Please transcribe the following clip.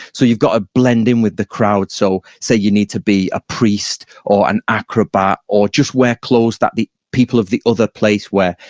so you've got to blend in with the crowd. so say you need to be a priest or an acrobat or just wear clothes that the people of the other place wear.